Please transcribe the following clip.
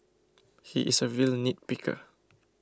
he is a real nitpicker